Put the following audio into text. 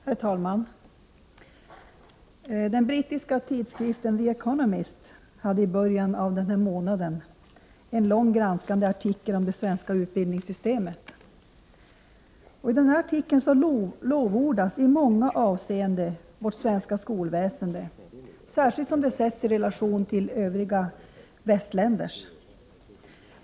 Herr talman! Den brittiska tidskriften The Economist hade i början av den här månaden en lång granskande artikel om det svenska utbildningssystemet. I den artikeln lovordas i många avseenden vårt svenska skolväsende, särskilt då det sätts i relation till andra västländers.